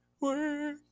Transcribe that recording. work